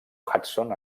hudson